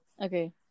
Okay